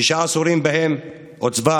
שישה עשורים שבהם עוצבה